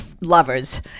lovers